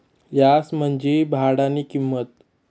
याज म्हंजी भाडानी किंमत